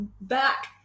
back